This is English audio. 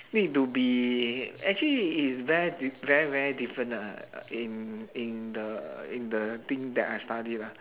need to be actually is very diff~ very very different ah in in the in the thing that I study lah